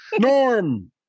Norm